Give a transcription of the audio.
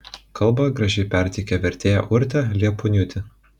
kalbą gražiai perteikė vertėja urtė liepuoniūtė